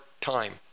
time